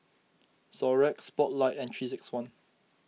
Xorex Spotlight and three six one